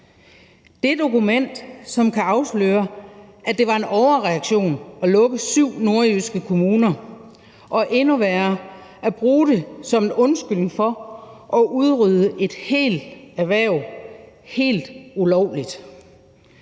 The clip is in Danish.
et dokument, som kan afsløre, at det var en overreaktion at lukke syv nordjyske kommuner og endnu værre: at bruge det som en undskyldning for at udrydde et helt erhverv helt ulovligt.